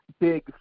big